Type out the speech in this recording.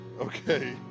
Okay